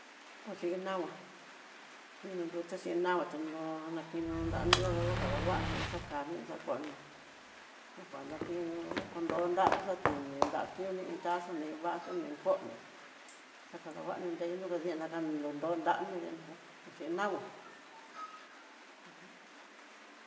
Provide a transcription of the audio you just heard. Posi nama tenonrute xhin nama, nra nadeno nranó dadanguane, xakani xakono nkuana natinro konro nranro xatí no nriatone iin taza ni iin vaso ni iin kono xakanguano nreuno kodikiá na kan nonro nranró dinaka kó xhin nama ujun.